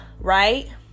right